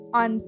on